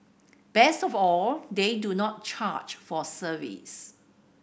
best of all they do not charge for service